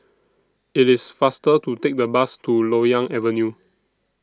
IT IS faster to Take The Bus to Loyang Avenue